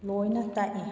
ꯂꯣꯏꯅ ꯇꯥꯛꯏ